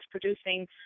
producing